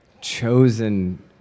chosen